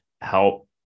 help